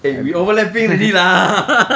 eh we overlapping already lah